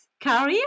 career